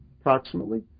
approximately